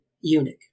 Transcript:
eunuch